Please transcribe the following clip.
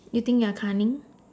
you think you are cunning